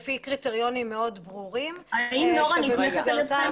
לפי קריטריונים מאוד ברורים שבמסגרתם --- האם נורה נתמכת על ידכם?